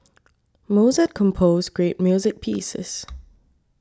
Mozart composed great music pieces